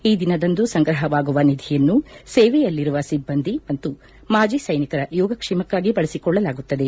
ಈ ದಿನದಂದು ಸಂಗ್ರಹವಾಗುವ ನಿಧಿಯನ್ನು ಸೇವೆಯಲ್ಲಿರುವ ಸಿಬ್ಬಂದಿ ಮತ್ತು ಮಾಜಿ ಸೈನಿಕರ ಯೋಗಕ್ಷೇಮಕ್ಕಾಗಿ ಬಳಸಿಕೊಳ್ಳಲಾಗುತ್ತದೆ